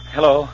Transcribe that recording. Hello